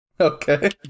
Okay